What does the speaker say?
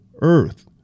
earth